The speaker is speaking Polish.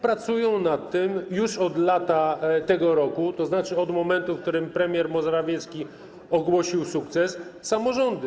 Pracują nad tym już od lata tego roku, tzn. od momentu, w którym premier Morawiecki ogłosił sukces, samorządy.